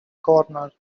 corner